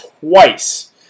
twice